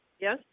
Yes